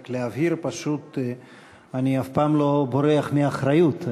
רק להבהיר, פשוט אני אף פעם אני לא בורח מאחריות.